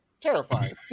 Terrifying